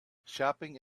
shopping